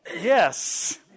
Yes